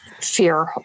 fear